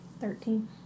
Thirteen